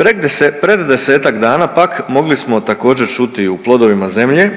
Pred 10-tak dana pak mogli smo također čuti u „Plodovima zemlje“